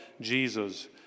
Jesus